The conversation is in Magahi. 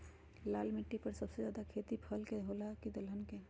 लाल मिट्टी पर सबसे ज्यादा खेती फल के होला की दलहन के?